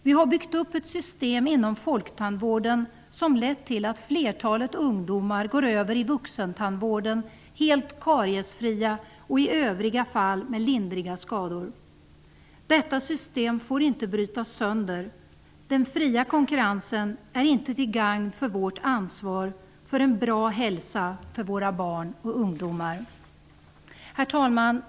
Vi har byggt upp ett system inom folktandvården som lett till att flertalet ungdomar går över i vuxentandvården helt kariesfria och i övriga fall med lindriga skador. Detta system får inte brytas sönder. Den fria konkurrensen är inte till gagn för vårt ansvar för en bra hälsa för våra barn och ungdomar. Herr talman!